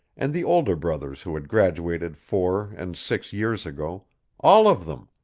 and the older brothers who had graduated four and six years ago all of them.